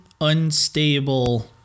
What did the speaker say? unstable